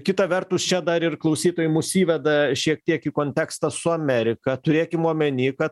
kita vertus čia dar ir klausytojai mus įveda šiek tiek į kontekstą su amerika turėkim omeny kad